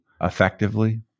effectively